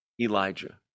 Elijah